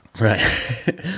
Right